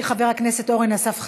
חבר הכנסת אורן אסף חזן,